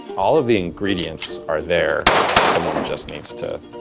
all of the ingredients are there someone just needs to